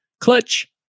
Clutch